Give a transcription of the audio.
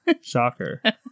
shocker